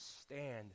stand